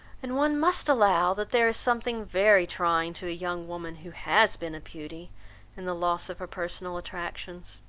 and one must allow that there is something very trying to a young woman who has been a beauty in the loss of her personal attractions.